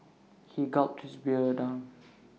he gulped down his beer